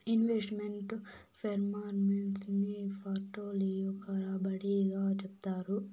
invest meant performance ని portfolio రాబడి గా చెప్తారు